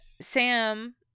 Sam